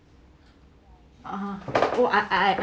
(uh huh) oh I I